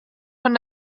von